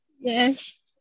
Yes